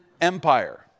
Empire